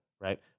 right